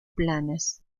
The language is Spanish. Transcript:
planas